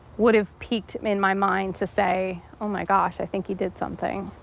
would have peaked in my mind to say oh my gosh i think you did something.